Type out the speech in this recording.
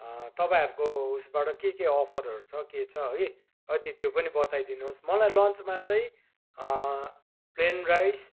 तपाईँहरूको उसबाट के के अफरहरू छ के छ है अ त्यो पनि बताइदिनु होस् मलाई लन्चमा चाहिँ प्लेन राइस